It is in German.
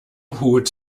hut